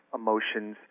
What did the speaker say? emotions